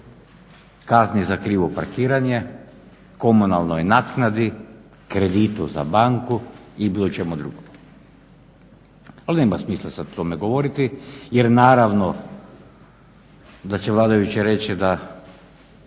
kazni za krivo parkiranje, komunalnoj naknadi, kreditu za banku i bilo čemu drugome. Ali nema smisla sad o tome govoriti jer naravno da će vladajući reći da